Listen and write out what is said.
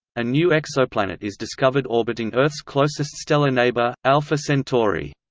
a new exoplanet is discovered orbiting earth's closest stellar neighbour, alpha centauri.